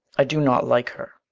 i do not like her.